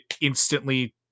instantly